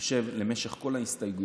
הוא יושב במשך כל ההסתייגויות,